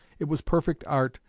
it was perfect art,